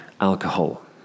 alcohol